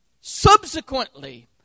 subsequently